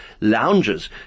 lounges